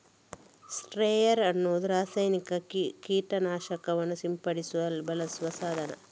sprayer ಅನ್ನುದು ರಾಸಾಯನಿಕ ಕೀಟ ನಾಶಕಗಳನ್ನ ಸಿಂಪಡಿಸಲು ಬಳಸುವ ಸಾಧನ